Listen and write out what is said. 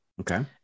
Okay